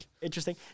Interesting